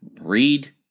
Read